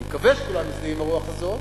אני מקווה שכולם מזדהים עם הרוח הזאת,